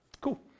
Cool